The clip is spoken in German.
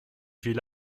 viele